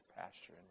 pasture